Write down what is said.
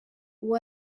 uwo